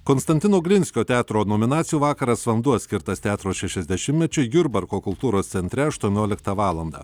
konstantino glinskio teatro nominacijų vakaras vanduo skirtas teatro šešiasdešimtmečiui jurbarko kultūros centre aštuonioliktą valandą